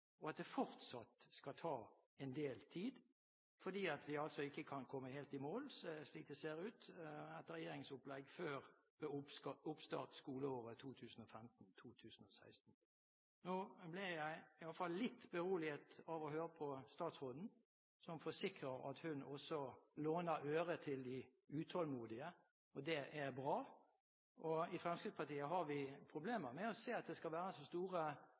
og at det fortsatt skal ta en del tid, fordi vi altså ikke kan komme helt i mål, slik det ser ut, med et regjeringsopplegg før oppstarten av skoleåret 2015/2016. Nå ble jeg i hvert fall litt beroliget av å høre på statsråden, som forsikrer at hun også låner øre til de utålmodige. Det er bra. I Fremskrittspartiet har vi problemer med å se at det skal være så